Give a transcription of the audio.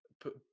put